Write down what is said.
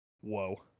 Whoa